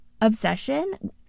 obsession